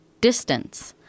distance